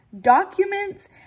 documents